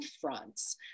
fronts